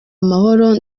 amahoro